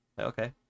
Okay